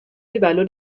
livello